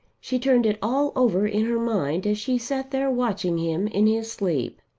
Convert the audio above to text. she turned it all over in her mind, as she sat there watching him in his sleep.